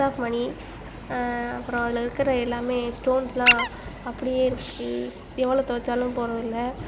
worth of money அப்புறம் அதில் இருக்கிற எல்லாமே ஸ்டோன்ஸ்செலாம் அப்படியே இருக்குது எவ்வளோ துவச்சாலும் போகிறதில்ல